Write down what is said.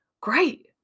great